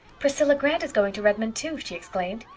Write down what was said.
priscilla grant is going to redmond, too, she exclaimed.